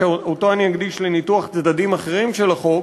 שאותו אני אקדיש לניתוח צדדים אחרים של החוק,